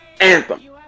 Anthem